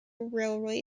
railway